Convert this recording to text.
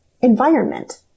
environment